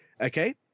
Okay